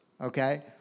okay